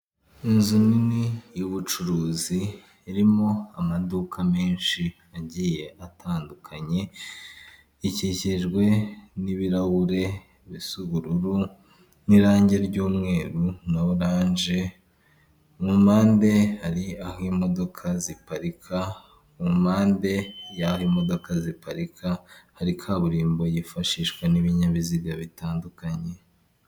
Inzu nini y'ubucuruzi irimo amaduka menshi agiye atandukanye, ikikijwe n'ibirahure bisa ubururu n'irangi ry'umweru, na oranje mu mpande hari aho imodoka ziparika, mu mpande y'aho imodoka ziparika hari kaburimbo yifashishwa n'ibinyabiziga bitandukanye.